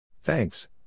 Thanks